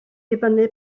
dibynnu